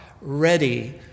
ready